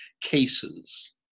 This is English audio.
cases